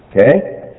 Okay